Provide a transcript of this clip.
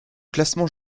classement